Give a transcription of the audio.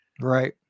Right